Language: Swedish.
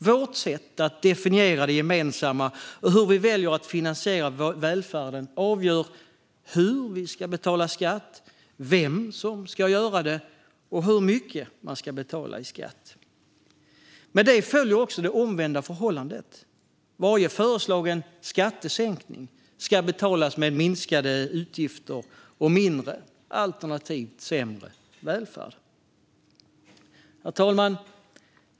Vårt sätt att definiera det gemensamma och hur vi väljer att finansiera välfärden avgör hur vi ska betala skatt, vem som ska göra det och hur mycket man ska betala i skatt. Med detta följer också det omvända förhållandet: Varje föreslagen skattesänkning ska betalas med minskade utgifter och mindre alternativt sämre välfärd. Herr talman!